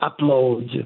upload